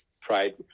pride